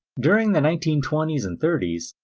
during the nineteen twenty s and thirty s,